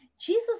jesus